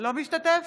אינו משתתף